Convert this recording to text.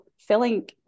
filling